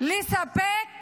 לספק